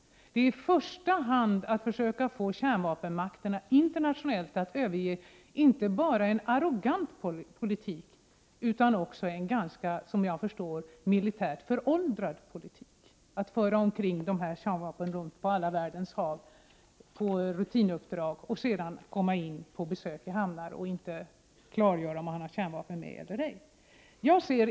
Det handlar i första hand om att få kärnvapenmakterna att internationellt överge inte bara en arrogant politik på detta område utan också en — som jag förstår — militärt ganska föråldrad politik, nämligen att på rutinuppdrag föra med sig kärnvapen på sina fartyg på alla världens hav och anlöpa hamnar utan att klargöra om man har kärnvapen med sig eller ej.